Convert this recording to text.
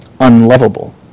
unlovable